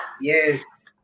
yes